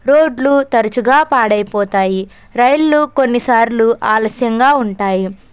రోడ్లు తరుచుగా పాడైపోతాయి రైళ్ళు కొన్నిసార్లు ఆలస్యంగా ఉంటాయి